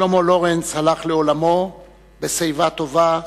שלמה לורינץ הלך לעולמו בשיבה טובה,